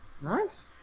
Nice